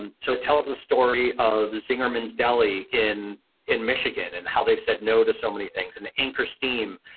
um so, it tells a story of the zingerman's deli in in michigan and how they said no to so many things and anchor steam,